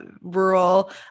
rural